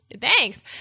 Thanks